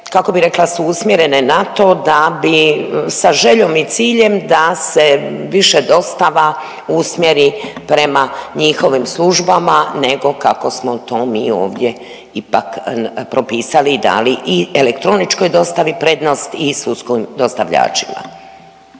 kako bi rekla, su usmjerene na to da bi sa željom i ciljem da se više dostava usmjeri prema njihovim službama nego kako smo to mi ovdje ipak propisali i dali i elektroničkoj dostavi prednost i sudskim dostavljačima.